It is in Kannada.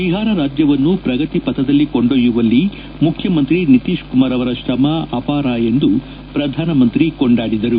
ಬಿಹಾರ ರಾಜ್ಯವನ್ನು ಪ್ರಗತಿಪಥದಲ್ಲಿ ಕೊಂಡೊಯ್ಯುವಲ್ಲಿ ಮುಖ್ಯಮಂತ್ರಿ ನಿತೀಶ್ ಕುಮಾರ್ ಅವರ ಶ್ರಮ ಅಪಾರ ಎಂದು ಪ್ರಧಾನಮಂತ್ರಿ ಕೊಂಡಾಡಿದರು